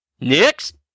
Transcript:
next